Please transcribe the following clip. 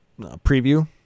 preview